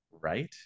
Right